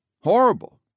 horrible